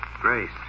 Grace